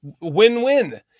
Win-win